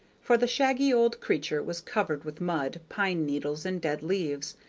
for the shaggy old creature was covered with mud, pine-needles, and dead leaves,